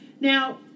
Now